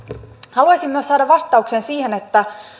haluaisin saada vastauksen myös siihen